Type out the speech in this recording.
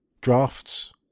drafts